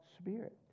Spirit